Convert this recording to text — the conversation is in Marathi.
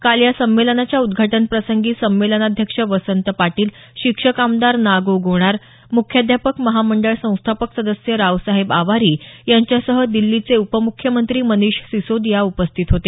काल या संमेलनाच्या उद्घाटनप्रसंगी संमेलनाध्यक्ष वसंत पाटील शिक्षक आमदार ना गो गोणार मुख्याध्यापक महामंडळ संस्थापक सदस्य रावसाहेब आवारी यांच्यासह दिल्लीचे उपमुख्यमंत्री मनीष सिसोदीया उपस्थित होते